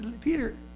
Peter